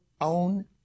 own